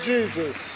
Jesus